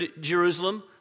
Jerusalem